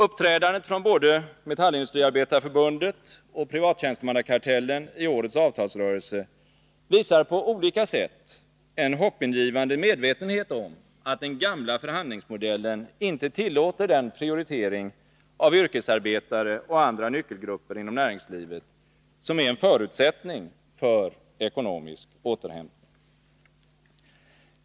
Uppträdandet från både Metallindustriarbetareförbundet och Privattjänstemannakartellen i årets avtalsrörelse visar på olika sätt en hoppingivande medvetenhet om att den gamla förhandlingsmodellen inte tillåter den prioritering av yrkesarbetare och andra nyckelgrupper inom näringslivet som är en förutsättning för ekonomisk återhämtning.